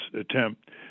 attempt